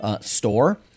store